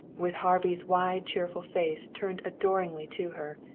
with harvey's wide cheerful face turned adoringly to her,